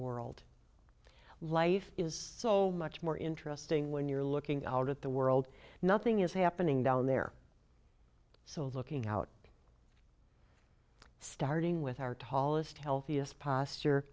world life is so much more interesting when you're looking at the world nothing is happening down there so looking out starting with our tallest healthiest posture